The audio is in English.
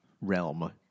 realm